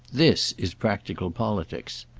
this is practical politics.